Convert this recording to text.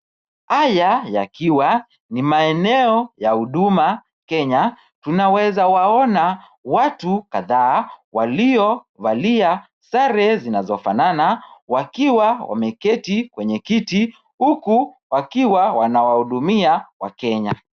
Haya yakiwa ni maeneo ya huduma, Kenya. Tunaweza waona watu kadhaa waliovalia sare zinazofanana, wakiwa wameketi kwenye kiti, huku wakiwa wanawahudumia wakenya.